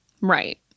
Right